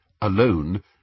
alone